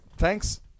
Thanks